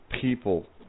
people